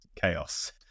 chaos